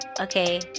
Okay